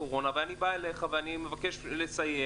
הקורונה ואני בא אליך ואני מבקש סיוע,